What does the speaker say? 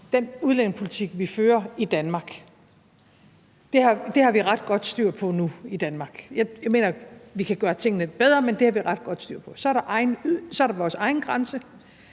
den udlændingepolitik, vi fører i Danmark, og den har vi ret godt styr på nu i Danmark. Jeg mener, vi kan gøre tingene bedre, men det har vi ret godt styr på. Så er der vores egen grænse,